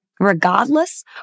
regardless